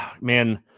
Man